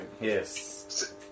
Yes